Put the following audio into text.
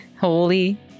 Holy